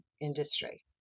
industry